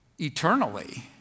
eternally